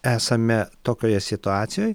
esame tokioje situacijoj